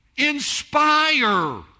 inspire